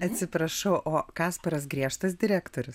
atsiprašau o kasparas griežtas direktorius